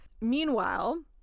Meanwhile